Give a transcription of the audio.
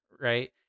right